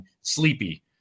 sleepy